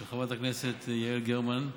של חברת הכנסת יעל גרמן.